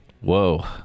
Whoa